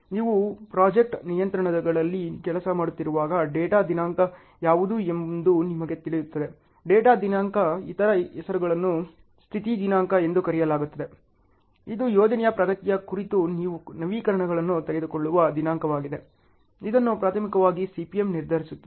ನೀವು ಪ್ರಾಜೆಕ್ಟ್ ನಿಯಂತ್ರಣಗಳಲ್ಲಿ ಕೆಲಸ ಮಾಡುತ್ತಿರುವಾಗ ಡೇಟಾ ದಿನಾಂಕ ಯಾವುದು ಎಂದು ನಿಮಗೆ ತಿಳಿಯುತ್ತದೆ ಡೇಟಾ ದಿನಾಂಕ ಇತರ ಹೆಸರನ್ನು ಸ್ಥಿತಿ ದಿನಾಂಕ ಎಂದು ಕರೆಯಲಾಗುತ್ತದೆ ಇದು ಯೋಜನೆಯ ಪ್ರಗತಿಯ ಕುರಿತು ನೀವು ನವೀಕರಣಗಳನ್ನು ತೆಗೆದುಕೊಳ್ಳುವ ದಿನಾಂಕವಾಗಿದೆ ಇದನ್ನು ಪ್ರಾಥಮಿಕವಾಗಿ CPM ನಿರ್ಧರಿಸುತ್ತದೆ